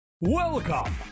Welcome